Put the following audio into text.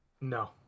No